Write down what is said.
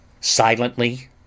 Silently